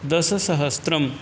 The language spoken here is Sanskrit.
दशसहस्रम्